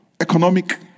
economic